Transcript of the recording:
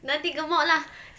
nanti gemuk lah